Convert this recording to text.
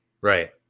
Right